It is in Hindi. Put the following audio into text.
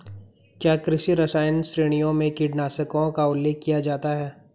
क्या कृषि रसायन श्रेणियों में कीटनाशकों का उल्लेख किया जाता है?